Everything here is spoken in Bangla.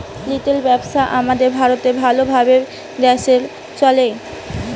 রিটেল ব্যবসা আমাদের ভারতে ভাল ভাবে দ্যাশে চলে